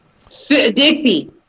Dixie